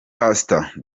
pastor